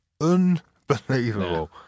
unbelievable